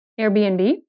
Airbnb